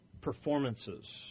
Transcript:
performances